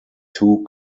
too